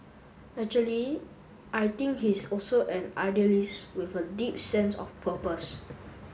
actually I think he's also an idealist with a deep sense of purpose